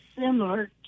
similar